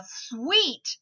sweet